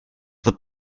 the